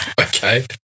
Okay